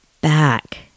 back